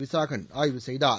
விசாகன் ஆய்வு செய்தார்